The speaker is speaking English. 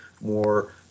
more